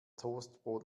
toastbrot